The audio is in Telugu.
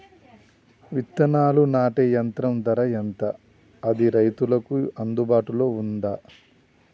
విత్తనాలు నాటే యంత్రం ధర ఎంత అది రైతులకు అందుబాటులో ఉందా?